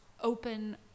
open